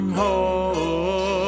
home